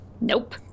Nope